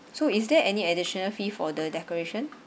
so is there any additional fee for the decoration